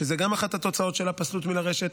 שגם זו אחת התוצאות של הפסלות מלרשת,